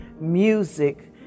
music